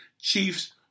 Chiefs